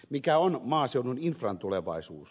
mikä on maaseudun infran tulevaisuus